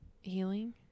healing